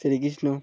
Shrikrishna